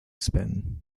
spin